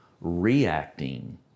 reacting